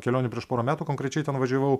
kelionė prieš porą metų konkrečiai ten važiavau